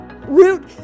Root